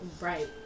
right